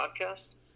podcast